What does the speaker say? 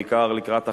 בעיקר לקראת החגים,